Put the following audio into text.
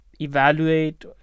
Evaluate